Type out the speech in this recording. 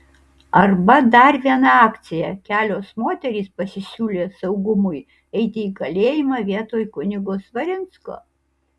arba dar viena akcija kelios moterys pasisiūlė saugumui eiti į kalėjimą vietoj kunigo svarinsko